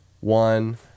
one